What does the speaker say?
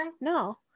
no